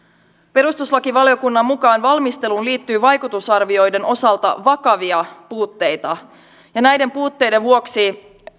perustuslakivaliokunnan mukaan valmisteluun liittyy vaikutusarvioiden osalta vakavia puutteita ja näiden puutteiden vuoksi